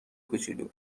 کوچولو